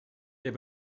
der